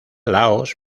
laos